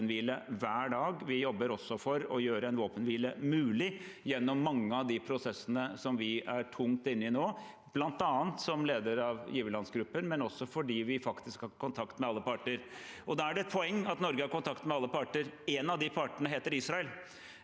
Vi jobber også for å gjøre en våpenhvile mulig, gjennom mange av de prosessene vi er tungt inne i nå – bl.a. som leder av giverlandsgruppen, men også fordi vi faktisk har kontakt med alle parter. Da er det et poeng at Norge har kontakt med alle parter. En av de partene heter Israel.